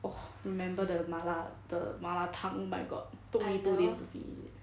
!wah! remember the 麻辣 the 麻辣汤 oh my god took me two days to finish it